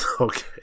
Okay